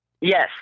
Yes